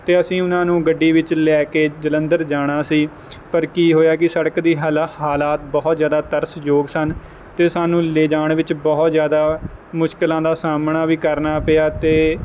ਅਤੇ ਅਸੀਂ ਉਹਨਾਂ ਨੂੰ ਗੱਡੀ ਵਿੱਚ ਲੈ ਕੇ ਜਲੰਧਰ ਜਾਣਾ ਸੀ ਪਰ ਕੀ ਹੋਇਆ ਕਿ ਸੜਕ ਦੀ ਹਲਾ ਹਾਲਾਤ ਬਹੁਤ ਜ਼ਿਆਦਾ ਤਰਸਯੋਗ ਸਨ ਅਤੇ ਸਾਨੂੰ ਲੈ ਜਾਣ ਵਿੱਚ ਬਹੁਤ ਜ਼ਿਆਦਾ ਮੁਸ਼ਕਿਲਾਂ ਦਾ ਸਾਹਮਣਾ ਵੀ ਕਰਨਾ ਪਿਆ ਅਤੇ